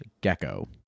gecko